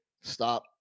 Stop